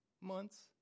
months